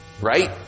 right